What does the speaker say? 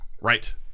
Right